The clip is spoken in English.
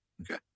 Okay